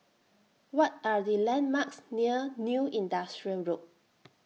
What Are The landmarks near New Industrial Road